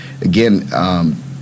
again